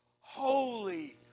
Holy